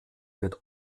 wird